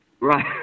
Right